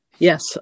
Yes